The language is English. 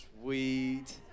sweet